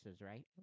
right